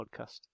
podcast